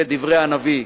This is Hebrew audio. וכדברי הנביא: